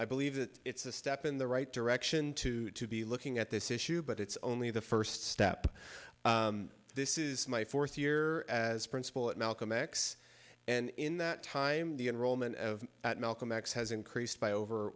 i believe that it's a step in the right direction to be looking at this issue but it's only the first step this is my fourth year as principal at malcolm x and in that time the enrollment of malcolm x has increased by over